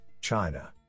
China